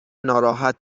ناراحت